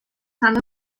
همه